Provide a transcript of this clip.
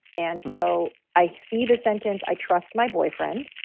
and so i see the sentence. i trust my boyfriend.